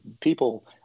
people